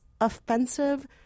offensive